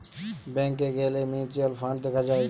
ব্যাংকে গ্যালে mutual fund দেখা যায়